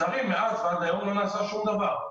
מאז ועד היום למעשה לא נעשה שום דבר.